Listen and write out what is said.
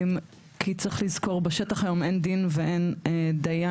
כי צריך לזכור, בשטח היום אין דין ואין דיין.